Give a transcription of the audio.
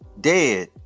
dead